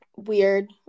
weird